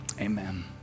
amen